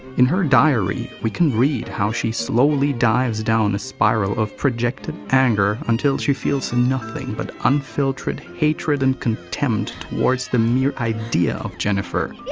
in her diary, we can read how she slowly dives down a spiral of projected anger until she feels nothing but unfiltered hatred and towards the mere idea of jennifer.